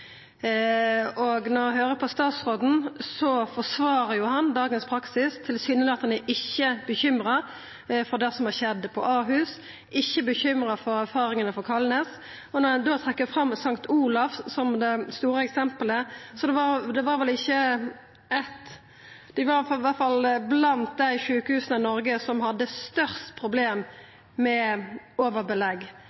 Når eg høyrer på statsråden, forsvarar jo han dagens praksis. Han er tilsynelatande ikkje bekymra for det som har skjedd på Ahus, og ikkje bekymra for erfaringane frå Kalnes. Og når ein trekkjer fram St. Olavs hospital som det store eksemplet, så var det blant dei sjukehusa i Noreg som hadde størst problem med overbelegg. Det var